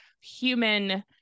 human